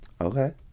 Okay